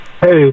Hey